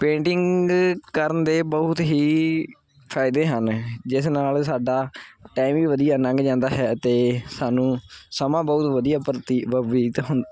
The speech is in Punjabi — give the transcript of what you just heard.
ਪੇਂਟਿੰਗ ਕਰਨ ਦੇ ਬਹੁਤ ਹੀ ਫਾਇਦੇ ਹਨ ਜਿਸ ਨਾਲ ਸਾਡਾ ਟਾਈਮ ਹੀ ਵਧੀਆ ਲੰਘ ਜਾਂਦਾ ਹੈ ਅਤੇ ਸਾਨੂੰ ਸਮਾਂ ਬਹੁਤ ਵਧੀਆ ਵਰਤੀ ਬਬੀਤ ਹੁੰ